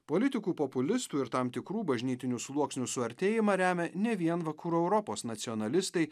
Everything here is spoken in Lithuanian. politikų populistų ir tam tikrų bažnytinių sluoksnių suartėjimą remia ne vien vakarų europos nacionalistai